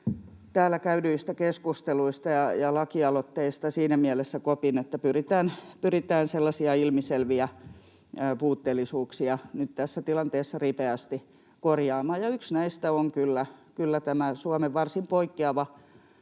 käydyistä keskusteluista ja lakialoitteista siinä mielessä kopin, että pyritään sellaisia ilmiselviä puutteellisuuksia nyt tässä tilanteessa ripeästi korjaamaan. Ja yksi näistä on kyllä tämä Suomen varsin poikkeava